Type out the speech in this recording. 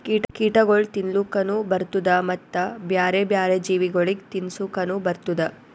ಕೀಟಗೊಳ್ ತಿನ್ಲುಕನು ಬರ್ತ್ತುದ ಮತ್ತ ಬ್ಯಾರೆ ಬ್ಯಾರೆ ಜೀವಿಗೊಳಿಗ್ ತಿನ್ಸುಕನು ಬರ್ತ್ತುದ